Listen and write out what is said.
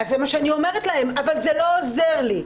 זה מה שאני אומרת להם אבל זה לא עוזר לי.